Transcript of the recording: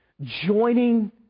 joining